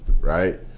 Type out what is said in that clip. right